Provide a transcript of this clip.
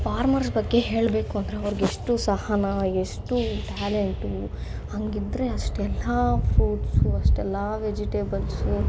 farmers ಬಗ್ಗೆ ಹೇಳಬೇಕು ಅಂದರೆ ಅವ್ರಿಗೆಷ್ಟು ಸಹ ನಾವು ಎಷ್ಟು ಟ್ಯಾಲೆಂಟು ಹಾಗಿದ್ರೆ ಅಷ್ಟೆಲ್ಲ ಫ್ರೂಟ್ಸು ಅಷ್ಟೆಲ್ಲ ವೆಜಿಟೇಬಲ್ಸು